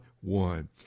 one